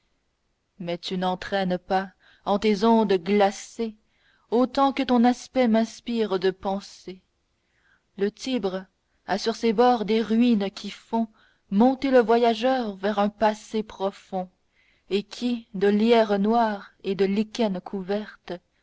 mais tu n'en traînes pas en tes ondes glacées autant que ton aspect m'inspire de pensées le tibre a sur ses bords des ruines qui font monter le voyageur vers un passé profond et qui de lierre noir et de lichen couvertes